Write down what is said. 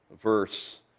Verse